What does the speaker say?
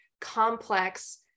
complex